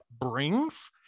brings